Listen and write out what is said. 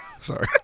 sorry